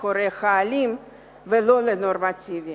להורה האלים ולא לנורמטיבי.